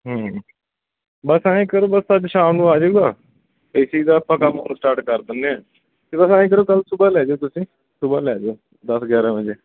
ਹੂੰ ਬਸ ਐਂ ਕਰੋ ਬਸ ਸ਼ਾਮ ਨੂੰ ਆ ਜਾਊਗਾ ਏ ਸੀ ਦਾ ਆਪਾਂ ਕੰਮ ਸਟਾਰਟ ਕਰ ਦਿੰਦੇ ਹਾਂ ਚਲੋ ਫਿਰ ਐਂ ਕਰੋ ਕੱਲ੍ਹ ਸੁਬਹ ਲੈ ਜਾਇਓ ਤੁਸੀਂ ਸੁਬਹਾ ਲੈ ਜਾਇਓ ਦਸ ਗਿਆਰਾਂ ਵਜੇ